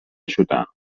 شدهام